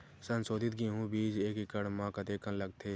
संसोधित गेहूं बीज एक एकड़ म कतेकन लगथे?